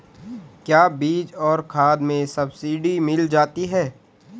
क्या बीज और खाद में सब्सिडी मिल जाती है?